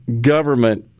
government